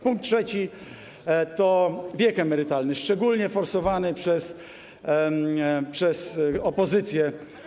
Punkt trzeci to wiek emerytalny, szczególnie forsowany przez opozycję.